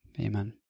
Amen